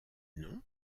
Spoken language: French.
nom